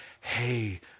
hey